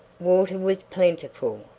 water was plentiful,